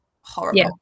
horrible